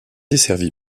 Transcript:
desservi